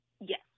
Yes